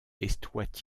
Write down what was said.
estoyt